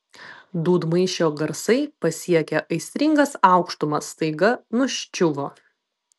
dūdmaišio garsai pasiekę aistringas aukštumas staiga nuščiuvo